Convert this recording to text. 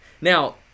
now